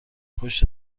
پشت